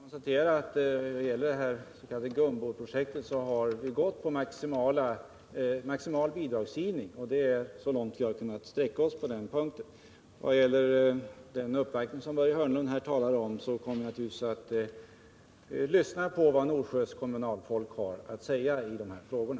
Herr talman! Får jag bara konstatera att vi när det gäller det s.k. 'Gunboprojektet har följt principen om maximal bidragsgivning. Det är så långt som vi har kunnat sträcka oss på den punkten. När det gäller den uppvaktning som Börje Hörnlund här talade om kommer jag naturligtvis att lyssna på vad Norsjös kommunalfolk har att säga i de här frågorna.